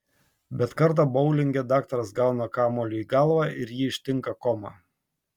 bet kartą boulinge daktaras gauna kamuoliu į galvą ir jį ištinka koma